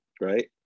right